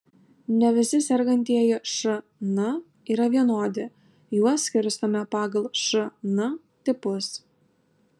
ne visi sergantieji šn yra vienodi juos skirstome pagal šn tipus